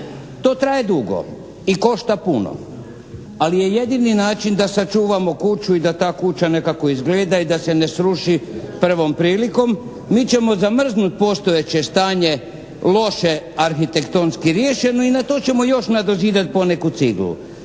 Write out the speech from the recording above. to traje dugo i košta puno, ali je jedini način da sačuvamo kuću i da ta kuća nekako izgleda i da se ne sruši prvom prilikom. Mi ćemo zamrznuti postojeće stanje loše arhitektonski riješeno i na to ćemo još nadozidat poneku ciglu.